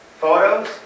Photos